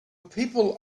people